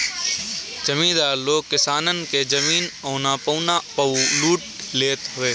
जमीदार लोग किसानन के जमीन औना पौना पअ लूट लेत हवन